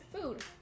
food